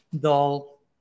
dull